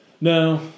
No